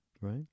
right